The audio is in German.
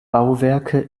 bauwerke